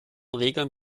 regeln